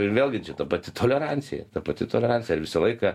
ir vėlgi čia ta pati tolerancija ta pati tolerancija ar visą laiką